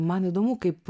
man įdomu kaip